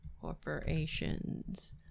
Corporations